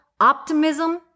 optimism